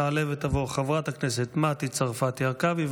תעלה ותבוא חברת הכנסת מטי צרפתי הרכבי,